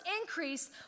increase